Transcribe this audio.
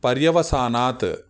पर्यवसानात्